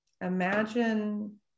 imagine